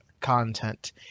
content